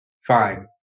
fine